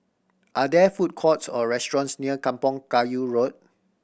are there food courts or restaurants near Kampong Kayu Road